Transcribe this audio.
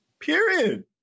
period